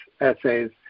essays